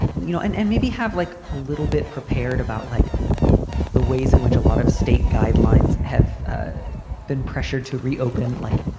you know, and and maybe have like a little bit prepared about, like the ways in which a lot of state guidelines have ah been pressured to reopen, like,